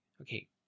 okay